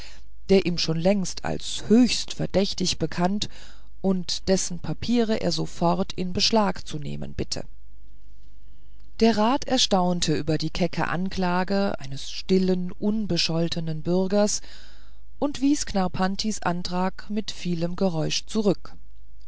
der ihm schon längst als höchst verdächtig bekannt und dessen papiere er sofort in beschlag zu nehmen bitte der rat erstaunte über die kecke anklage eines stillen unbescholtenen bürgers und wies knarrpantis antrag mit vielem geräusch zurück